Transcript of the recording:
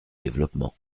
développement